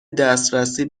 دسترسی